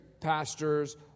pastors